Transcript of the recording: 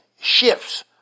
shifts